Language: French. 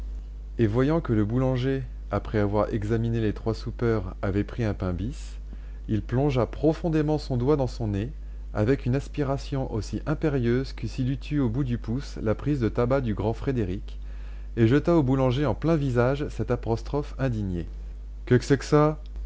et voyant que le boulanger après avoir examiné les trois soupeurs avait pris un pain bis il plongea profondément son doigt dans son nez avec une aspiration aussi impérieuse que s'il eût eu au bout du pouce la prise de tabac du grand frédéric et jeta au boulanger en plein visage cette apostrophe indignée keksekça